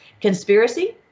Conspiracy